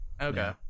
Okay